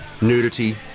nudity